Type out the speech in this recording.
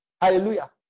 Hallelujah